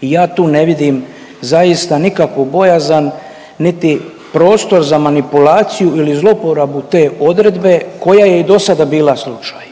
i ja tu ne vidim zaista nikakvu bojazan niti prostor za manipulaciju ili zlouporabu te odredbe koja je i dosada bila slučaj.